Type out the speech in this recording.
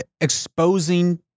exposing